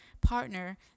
partner